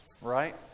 right